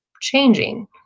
changing